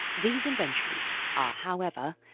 these inventions are however,